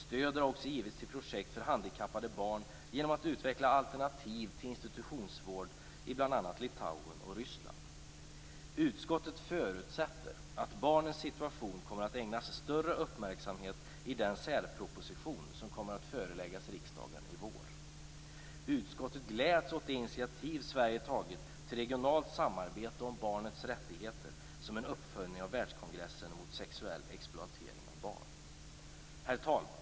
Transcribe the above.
Stöd har också givits till projekt för handikappade barn genom att man utvecklat alternativ till institutionsvård i bl.a. Litauen och Ryssland. Utskottet förutsätter att barnens situation kommer att ägnas större uppmärksamhet i den särproposition som kommer att föreläggas riksdagen i vår. Utskottet gläds åt det initiativ Sverige tagit till regionalt samarbete om barnets rättigheter som en uppföljning av världskongressen mot sexuell exploatering av barn. Herr talman!